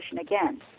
again